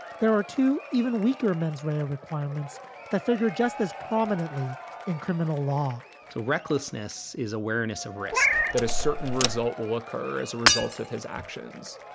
there are two even weaker mens rea requirements that figure just as prominently in criminal law so recklessness is awareness of risk that a certain result will occur as a result of his actions.